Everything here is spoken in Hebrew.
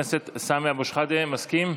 חבר הכנסת סמי אבו שחאדה, מסכים?